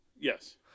Yes